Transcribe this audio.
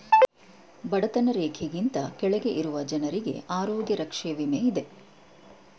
ಬಡತನ ರೇಖೆಗಿಂತ ಕೆಳಗೆ ಇರುವ ಜನರಿಗೆ ಆರೋಗ್ಯ ರಕ್ಷೆ ವಿಮೆ ಇದೆ